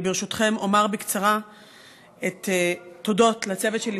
אני ברשותכם אומר בקצרה תודות לצוות שלי,